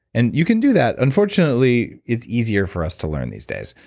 and you can do that. unfortunately, it's easier for us to learn these days.